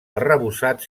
arrebossat